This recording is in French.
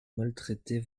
maltraitez